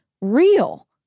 real